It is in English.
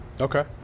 Okay